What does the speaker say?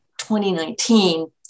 2019